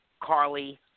Carly